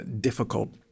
difficult